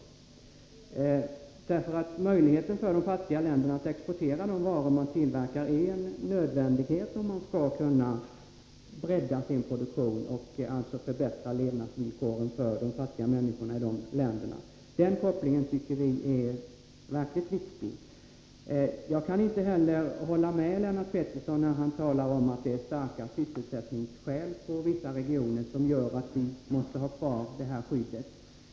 Möjligheten för de fattiga länderna att exportera de varor som de tillverkar är en nödvändighet, om de skall kunna bredda sin produktion och förbättra levnadsvillkoren för människorna. Den kopplingen tycker vi är verkligt viktig. Jag kan inte hålla med Lennart Pettersson, när han säger att starka sysselsättningsskäl inom vissa regioner gör att vi måste ha kvar detta skydd.